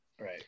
Right